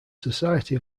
society